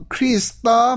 Krista